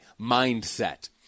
mindset